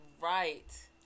right